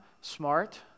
smart